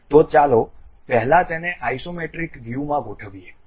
તો ચાલો પહેલા તેને આઇસોમેટ્રિક વ્યુમાં ગોઠવીએ